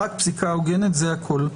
רק פסיקה הוגנת, זה הכול.